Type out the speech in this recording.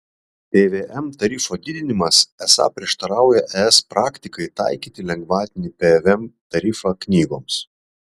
pvm tarifo didinimas esą prieštarauja es praktikai taikyti lengvatinį pvm tarifą knygoms